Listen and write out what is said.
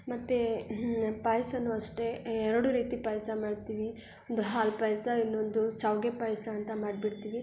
ಮತ್ತು ಪಾಯ್ಸವೂ ಅಷ್ಟೇ ಎರಡು ರೀತಿ ಪಾಯಸ ಮಾಡ್ತೀವಿ ಒಂದು ಹಾಲು ಪಾಯಸ ಇನ್ನೊಂದು ಶಾವಿಗೆ ಪಾಯಸ ಅಂತ ಮಾಡ್ಬಿಡ್ತೀವಿ